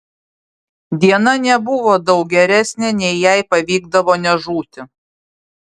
diena nebuvo daug geresnė nei jei pavykdavo nežūti